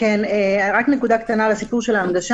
אני מפנה אתכם לסעיף ההגדרות שעליו דילגנו.